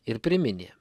ir priminė